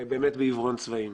ובאמת עיוורון צבעים.